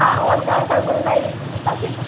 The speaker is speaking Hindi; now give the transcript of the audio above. हाँ और कहाँ कहाँ घूमना है ये भी बता देना